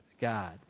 God